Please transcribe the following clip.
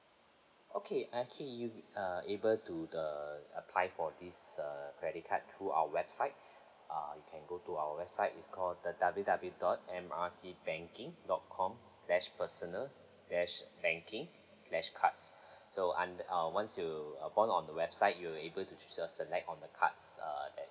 okay uh okay you are able to the apply for this uh credit card through our website uh you can go to our website it's called the W W dot M R C banking dot com slash personal dash banking slash cards so I'm uh once you upon on the website you're able to choose your select on the cards err that